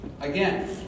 again